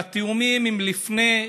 והתיאומים הם לפני,